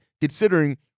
considering